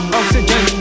oxygen